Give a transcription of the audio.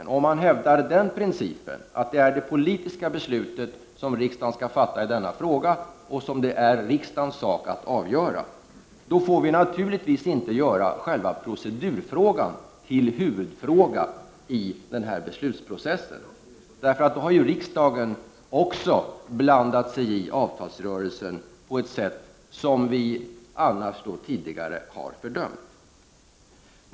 Om man hävdar den principen att det är det politiska beslutet som riksdagen skall fatta i denna fråga och som det är riksdagens sak att avgöra, får man naturligtvis inte göra själva procedurfrågan till huvudfråga i beslutsprocessen. Därmed har ju riksdagen också blandat sig i avtalsrörelsen på ett sätt som vi tidigare har fördömt.